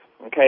okay